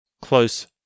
close